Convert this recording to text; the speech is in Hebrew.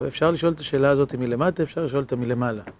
ואפשר לשאול את השאלה הזאת מלמטה, אפשר לשאול אותה מלמעלה.